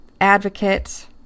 advocate